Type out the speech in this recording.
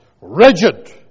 rigid